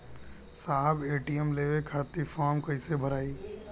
साहब ए.टी.एम लेवे खतीं फॉर्म कइसे भराई?